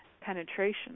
penetration